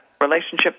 relationship